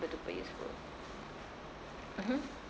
duper useful mmhmm